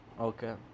Okay